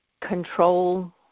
control